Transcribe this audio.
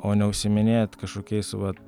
o neužsiiminėt kažkokiais vat